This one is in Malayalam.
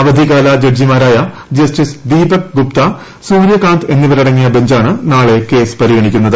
അവധിക്കാല ജഡ്ജിമാരായ ജസ്റ്റിസ് ദീപക് ഗുപ്താ സൂര്യകാന്ത് എന്നിവരടങ്ങിയ ബഞ്ചാണ് നാളെ കേസ് പരിഗണിക്കുന്നത്